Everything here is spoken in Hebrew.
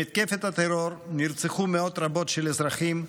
במתקפת הטרור נרצחו מאות רבות של אזרחים,